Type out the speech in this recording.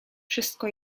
wszystko